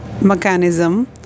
mechanism